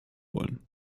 wollen